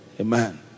Amen